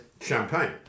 champagne